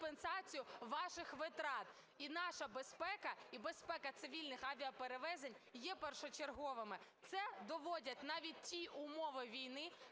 а насправді компенсацію ваших витрат. І наша безпека, і безпека цивільних авіаперевезень є першочерговими. Це доводять навіть ті умови війни,